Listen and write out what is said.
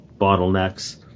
bottlenecks